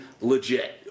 legit